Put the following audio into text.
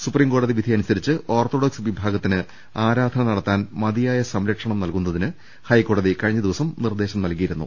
സുപ്രീംകോടതി വിധി അനുസരിച്ച് ഓർത്തഡോക്സ് വിഭാഗത്തിന് ആരാധന നടത്താൻ മതിയായ സംരക്ഷണം നൽകുന്നതിന് ഹൈക്കോടതി കഴിഞ്ഞ ദിവസം നിർദ്ദേശം നൽകിയിരുന്നു